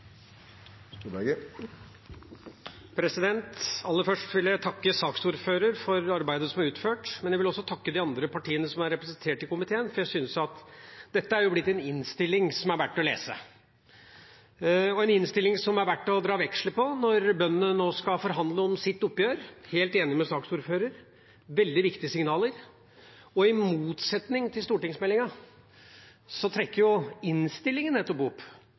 over. Aller først vil jeg takke saksordføreren for det arbeidet som er utført, men jeg vil også takke de andre partiene som er representert i komiteen, for jeg syns dette er blitt en innstilling som er verdt å lese, og en innstilling som er verdt å dra veksel på når bøndene nå skal forhandle om sitt oppgjør. Der er jeg helt enig med saksordføreren; det er veldig viktige signaler. I motsetning til stortingsmeldinga trekker innstillinga opp